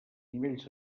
nivells